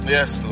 Yes